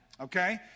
Okay